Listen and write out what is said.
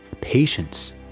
patience